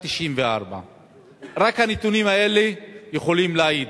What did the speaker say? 1994. רק הנתונים האלה יכולים להעיד,